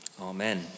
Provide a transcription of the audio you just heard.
Amen